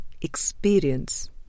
experience